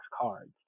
cards